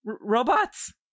robots